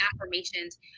affirmations